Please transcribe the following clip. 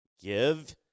give